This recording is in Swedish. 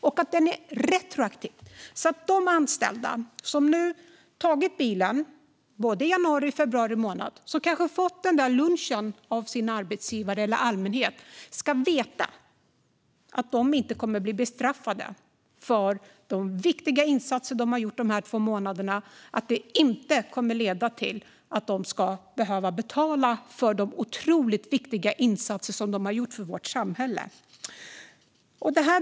Detta är också retroaktivt, så de anställda som har tagit bilen under både januari och februari månad och som kanske har fått den där lunchen av sin arbetsgivare eller av allmänheten ska veta att de inte kommer att bli bestraffade för de viktiga insatser de har gjort under de här två månaderna. Det kommer inte att leda till att de ska behöva betala för de otroligt viktiga insatser de har gjort för vårt samhälle.